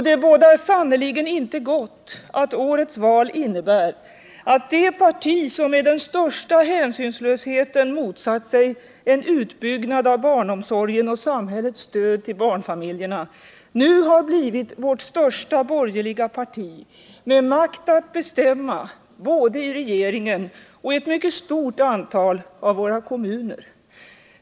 Det bådar sannerligen inte gott att årets val innebär att det parti som med den största hänsynslösheten motsatt sig utbyggnad av barnomsorgen och samhällets stöd till barnfamiljerna nu har blivit vårt största borgerliga parti, med makt att bestämma både i regeringen och i ett mycket stort antal av våra kommuner.